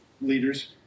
leaders